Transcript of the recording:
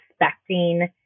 expecting